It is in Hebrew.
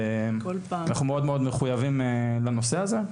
ואנחנו מאוד מחויבים לנושא הזה.